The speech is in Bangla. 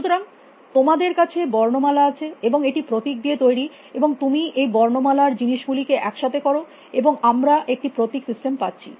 সুতরাং তোমাদের কাছে বর্ণমালা আছে এবং এটি প্রতীক দিয়ে তৈরী এবং তুমি এই বর্ণমালার জিনিস গুলিকে একসাথে কর এবং আমরা একটি প্রতীক সিস্টেম পাচ্ছি